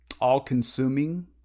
All-consuming